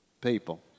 People